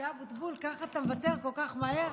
משה אבוטבול, ככה אתה מוותר כל כך מהר?